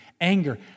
Anger